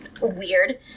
Weird